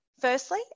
Firstly